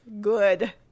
good